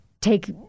take